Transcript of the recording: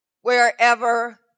wherever